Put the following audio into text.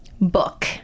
book